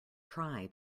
try